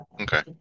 Okay